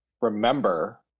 remember